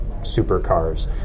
supercars